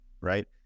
right